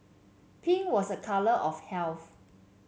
pink was a colour of